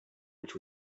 which